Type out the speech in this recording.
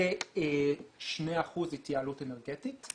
כשני אחוזים התייעלות אנרגטית.